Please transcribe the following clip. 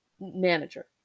manager